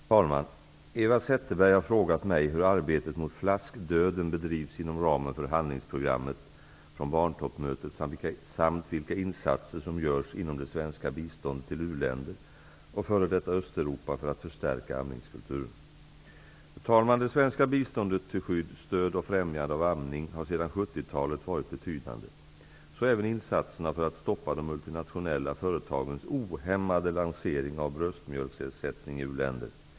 Fru talman! Eva Zetterberg har frågat mig hur arbetet mot flaskdöden bedrivs inom ramen för handlingsprogrammet från barntoppmötet samt vilka insatser som görs inom det svenska biståndet till u-länder och f.d. Östeuropa för att förstärka amningskulturen. Fru talman! Det svenska biståndet till skydd, stöd och främjande av amning har sedan 70-talet varit betydande. Så även insatserna för att stoppa de multinationella företagens ohämmade lansering av bröstmjölksersättning i u-länder.